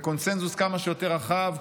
בקונסנזוס כמה שיותר רחב,